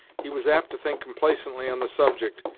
he was apt to think complacently on the subject,